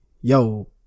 yo